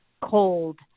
cold